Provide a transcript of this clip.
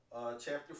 chapter